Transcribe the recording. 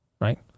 right